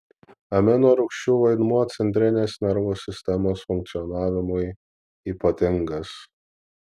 aminorūgščių vaidmuo centrinės nervų sistemos funkcionavimui ypatingas